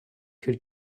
could